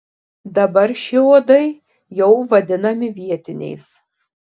dabar šie uodai jau vadinami vietiniais